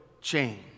change